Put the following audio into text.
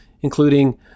including